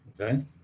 okay